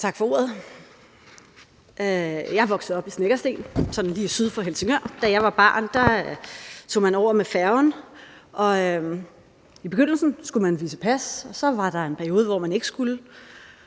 Tak for ordet. Jeg er vokset op i Snekkersten, sådan lige syd for Helsingør. Da jeg var barn, tog man over med færgen, og i begyndelsen skulle man vise pas, og så var der en periode, hvor man ikke skulle.